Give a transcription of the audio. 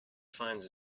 finds